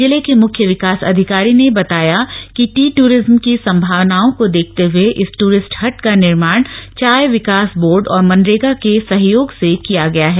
जिले के मुख्य विकास अधिकारी ने बताया कि टी टूरिज्म की सम्भावनाओं को देखते हुए इस ट्ररिस्ट हट का निर्माण चाय विकास बोर्ड और मनरेगा के सहयोग से किया गया है